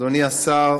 אדוני השר,